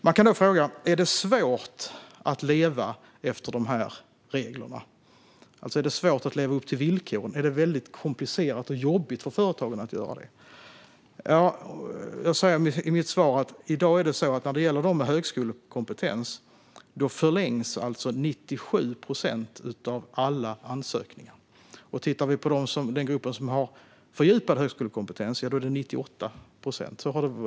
Man kan då fråga om det är svårt att leva efter de här reglerna, om det är väldigt komplicerat och jobbigt för företagen att leva upp till villkoren. I mitt interpellationssvar säger jag att 97 procent av alla med högskolekompetens som ansöker får förlängt arbetstillstånd, och i gruppen som har fördjupad högskolekompetens förlängs 98 procent.